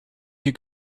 you